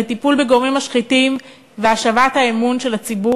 לטיפול בגורמים משחיתים ולהשבת האמון של הציבור,